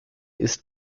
ist